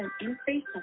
increase